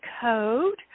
code